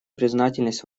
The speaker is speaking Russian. признательность